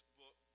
book